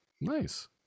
Nice